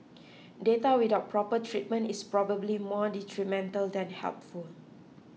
data without proper treatment is probably more detrimental than helpful